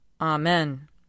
Amen